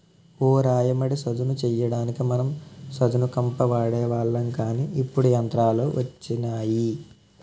ఓ రయ్య మడి సదును చెయ్యడానికి మనం సదును కంప వాడేవాళ్ళం కానీ ఇప్పుడు యంత్రాలు వచ్చినాయి